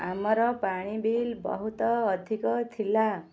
ଆମର ପାଣି ବିଲ୍ ବହୁତ ଅଧିକ ଥିଲା